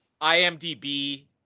IMDb